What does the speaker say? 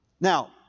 Now